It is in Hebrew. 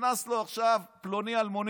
נכנס אליו עכשיו פלוני-אלמוני